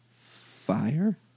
Fire